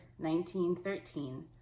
1913